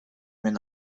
мен